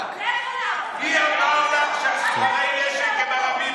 מי אמר לך שסוחרי הנשק הם ערבים,